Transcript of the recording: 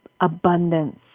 abundance